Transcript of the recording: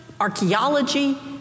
archaeology